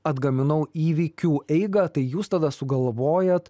atgaminau įvykių eigą tai jūs tada sugalvojat